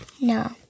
No